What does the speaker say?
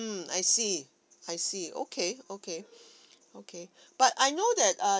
mm I see I see okay okay okay but I know that uh